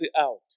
out